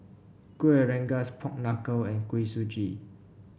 Kueh Rengas Pork Knuckle and Kuih Suji